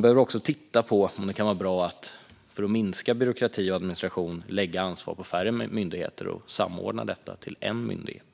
behöver man också titta på om det kan vara bra att lägga ansvaret på färre myndigheter och samordna detta till en enda myndighet.